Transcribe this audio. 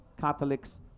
Catholics